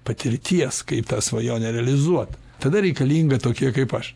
patirties kaip tą svajonę realizuot tada reikalinga tokie kaip aš